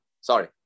Sorry